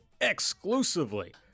exclusively